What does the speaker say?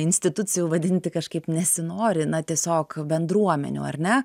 institucijų vadinti kažkaip nesinori na tiesiog bendruomenių ar ne